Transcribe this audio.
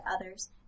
others